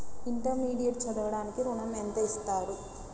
Intermediate చదవడానికి ఋణం ఎంత ఇస్తారు?